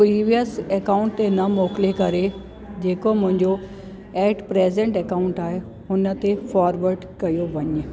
previous account ते न मोकिले करे जेको मुंहिंजो ऐट प्रेज़ेंट अकाउंट आहे हुन ते फॉर्वड कयो वञे